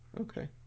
Okay